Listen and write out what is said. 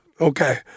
Okay